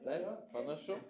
tai va panašu